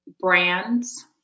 brands